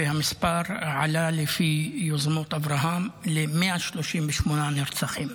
והמספר עלה, לפי יוזמות אברהם, ל-138 נרצחים,